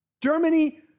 Germany